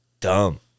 Dumb